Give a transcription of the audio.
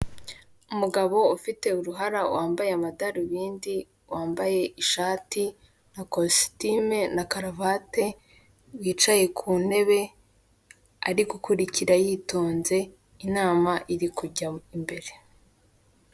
Umugabo ufite uruhara wambaye amadarubindi, wambaye ishati na kositimu na karuvati, wicaye ku ntebe ari gukurikira yitonze inama iri kujya imbere.